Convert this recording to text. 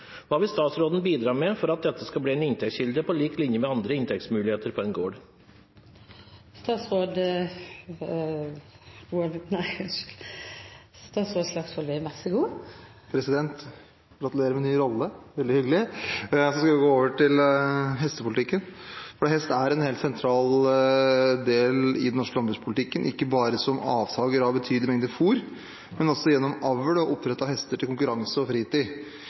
Hva vil statsråden bidra med for at dette skal bli en inntektskilde på lik linje med andre inntektsmuligheter på en gård?» Gratulerer med ny rolle, president, det er veldig hyggelig. Nå skal jeg gå over til å snakke om hestepolitikken. Hest er en helt sentral del av den norske landbrukspolitikken – ikke bare som avtaker av betydelige mengder fôr, men også gjennom avl og oppdrett av hester til konkurranse og fritid.